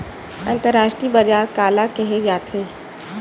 अंतरराष्ट्रीय बजार काला कहे जाथे?